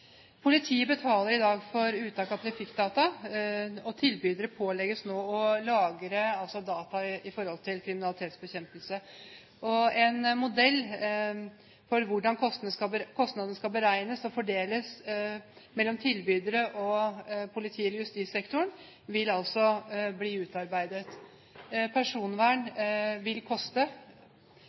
Politiet betaler i dag for uttak av trafikkdata, og tilbydere pålegges nå å lagre data forbundet med kriminalitetsbekjempelse. En modell for hvordan kostnadene skal beregnes og fordeles mellom tilbydere og politi- og justissektoren vil bli utarbeidet. Personvern vil koste.